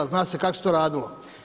Zna se kak' se to radilo.